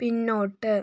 പിന്നോട്ട്